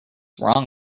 wrong